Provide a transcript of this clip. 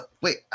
wait